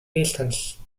distance